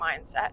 mindset